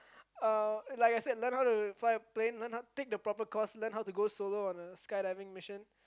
uh like I said learn how to fly a plane learn how to take the proper course learn how to go solo on a skydiving mission